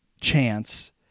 chance